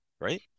Right